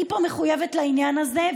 אני פה מחויבת לעניין הזה,